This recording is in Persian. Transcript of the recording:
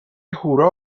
هورا